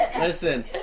listen